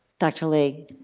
dr. lee?